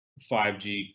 5G